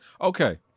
Okay